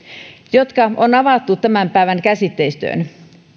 jotka on avattu tämän päivän käsitteistöön